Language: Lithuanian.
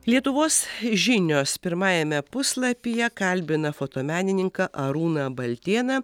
lietuvos žinios pirmajame puslapyje kalbina fotomenininką arūną baltėną